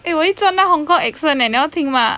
eh 我会真的 hong kong accent eh 你要听吗